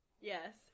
Yes